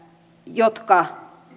jotka